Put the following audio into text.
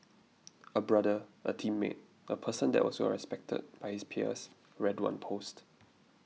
a brother a teammate a person that was well respected by his peers read one post